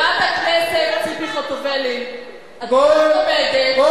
חברת הכנסת ציפי חוטובלי, את גם עומדת, את גם